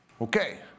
Okay